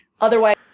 Otherwise